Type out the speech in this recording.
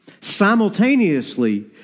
Simultaneously